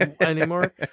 anymore